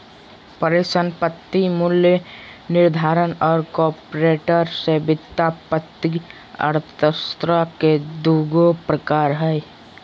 परिसंपत्ति मूल्य निर्धारण और कॉर्पोरेट वित्त वित्तीय अर्थशास्त्र के दू गो प्रकार हइ